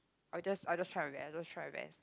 or it just I just try my best I just try my best